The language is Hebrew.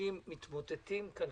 שאנשים מתמוטטים כלכלית.